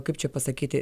kaip čia pasakyti